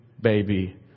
baby